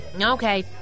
Okay